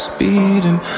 Speeding